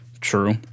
True